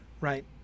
Right